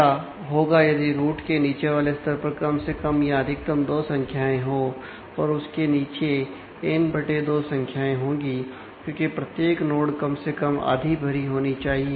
क्या होगा यदि रूट के नीचे वाले स्तर पर कम से कम या अधिकतम दो संख्याएं हो और उसके नीचे एन बटे दो संख्याएं होंगी क्योंकि प्रत्येक नोड कम से कम आधी भरी होनी चाहिए